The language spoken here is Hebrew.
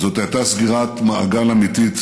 זאת הייתה סגירת מעגל אמיתית